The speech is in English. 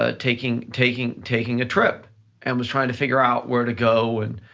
ah taking taking taking a trip and was trying to figure out where to go and,